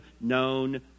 known